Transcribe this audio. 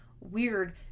weird